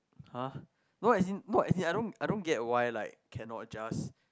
!huh! no as in not as in I don't I don't get why like cannot just